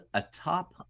atop